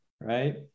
right